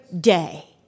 day